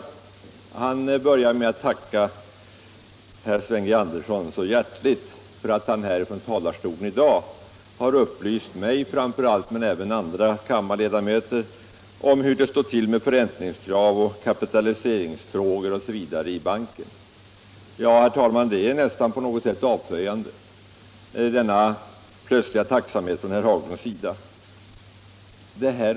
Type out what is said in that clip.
Herr Haglund inledde med att tacka herr Sven G. Andersson så hjärtligt för att han från talarstolen i dag upplyst mig framför allt men även andra kammarledamöter om hur det står till med förräntningskrav, kapitaliseringsfrågor osv. i banken. Ja, herr talman, denna plötsliga tacksamhet från herr Haglunds sida är på något sätt avslöjande.